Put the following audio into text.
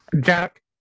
Jack